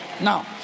Now